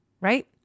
right